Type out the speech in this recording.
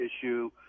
issue